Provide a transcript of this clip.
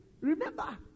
Remember